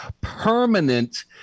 Permanent